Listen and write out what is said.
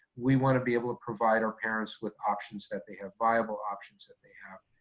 we wanna be able to provide our parents with options that they have, viable options that they have.